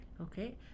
Okay